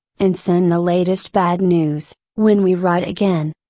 and send the latest bad news, when we write again.